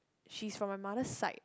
she's from my mother's side